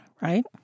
right